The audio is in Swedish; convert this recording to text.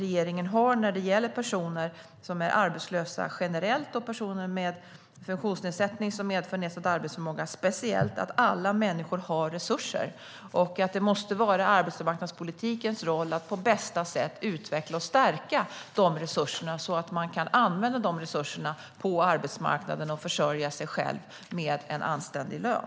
Regeringens synsätt när det gäller människor som är arbetslösa generellt och personer med funktionsnedsättning som medför nedsatt arbetsförmåga speciellt är att alla människor har resurser. Det måste vara arbetsmarknadspolitikens roll att på bästa sätt utveckla och stärka dessa resurser så att människor kan använda dem på arbetsmarknaden och försörja sig själva med en anständig lön.